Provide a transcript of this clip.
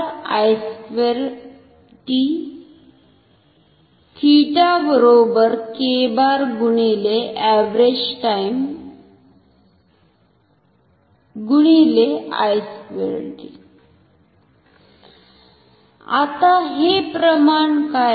आता हे प्रमाण काय आहे